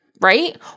right